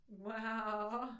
Wow